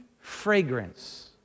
fragrance